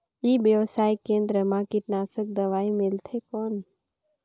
ई व्यवसाय केंद्र मा कीटनाशक दवाई मिलथे कौन?